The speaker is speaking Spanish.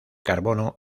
carbono